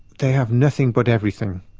they have nothing but everything.